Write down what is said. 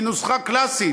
היא נוסחה קלאסית,